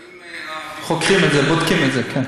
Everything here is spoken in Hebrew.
האם הביקורים, חוקרים את זה, בודקים את זה, כן.